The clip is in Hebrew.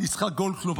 יצחק גודלקנופ,